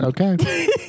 Okay